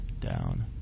down